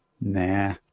nah